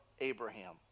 abraham